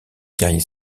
guerriers